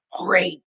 great